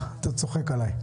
אתה צוחק עליי.